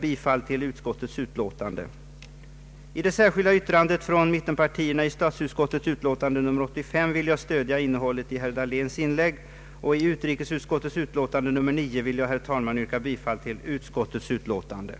Beträffande det särskilda yttrandet från mittenpartierna till statsutskottets utlåtande nr 85 vill jag stödja innehållet i herr Dahléns inlägg, och i fråga om utrikesutskottet utlåtande nr 9 kommer jag, herr talman, att yrka bifall till utskottets hemställan.